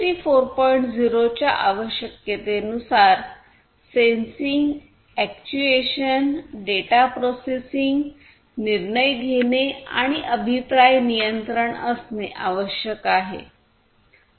0 च्या आवश्यकतेनुसार sensing actuation data processing निर्णय घेणे आणि अभिप्राय नियंत्रण असणे आवश्यक आहे